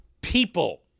People